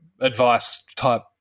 advice-type